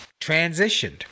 transitioned